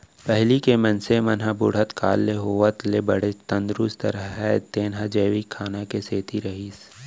पहिली के मनसे मन ह बुढ़त काल के होवत ले बने तंदरूस्त रहें तेन ह जैविक खाना के सेती रहिस